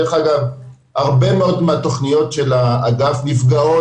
דרך אגב הרבה מאוד מהתוכניות של האגף נפגעות